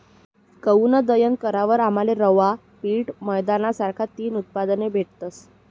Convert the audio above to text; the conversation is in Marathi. गऊनं दयन करावर आमले रवा, पीठ, मैदाना सारखा तीन उत्पादने भेटतस